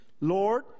Lord